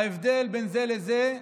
ההבדל בין זה לזה,